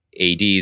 ad's